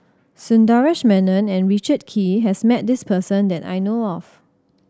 Sundaresh Menon and Richard Kee has met this person that I know of